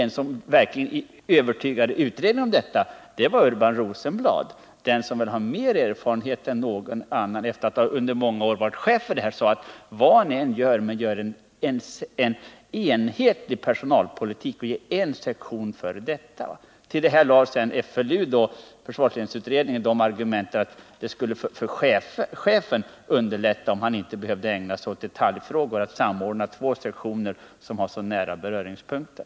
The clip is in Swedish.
Den som verkligen övertygade utredningen om detta var Urban Rosenblad, den person som, efter att under många år ha varit chef för försvarets personalvård, nog har mer erfarenhet på detta område än någon annan. Han sade till utredningen: Vad ni än gör, så se till att det blir en enhetlig personalpolitik och en sektion för detta! Till detta lade sedan FLU argumenten att det skulle underlätta för försvarsstabschefen, om han inte behövde ägna sig åt detaljfrågor, att samordna två sektioner som har så nära beröringspunkter.